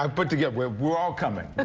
um but to get where we're all coming